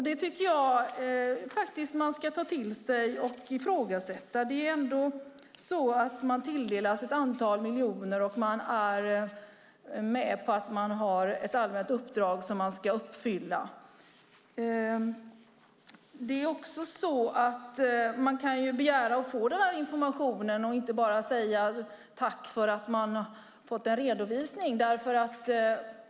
Det tycker jag att man ska ta till sig och ifrågasätta. Det är ändå så att de tilldelas ett antal miljoner och är med på att de har ett allmänt uppdrag som de ska uppfylla. Det är också så att man kan begära att få denna information och inte bara säga tack för att man har fått en redovisning.